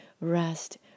Rest